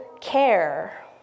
care